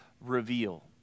reveal